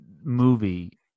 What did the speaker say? movie